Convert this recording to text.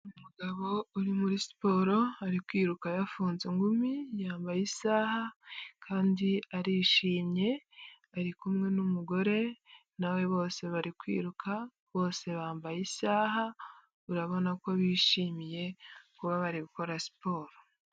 Umugabo uri muri siporo ari kwiruka yafunze ingumi, yambaye isaha kandi arishimye, ari kumwe n'umugore, na we bose bari kwiruka bose bambaye isaha, urabona ko bishimiye kuba bari gukora siporo.